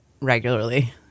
regularly